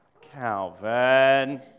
Calvin